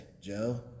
Joe